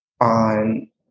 on